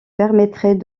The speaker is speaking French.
permettrait